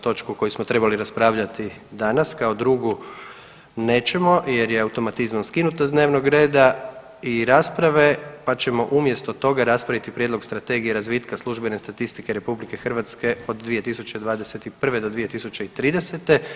Točku koju smo trebali raspravljati danas kao drugu nećemo jer je automatizmom skinuta s dnevnog reda i rasprave, pa ćemo umjesto toga raspraviti Prijedlog strategije razvitka službene statistike Republike Hrvatske od 2021. do 2030.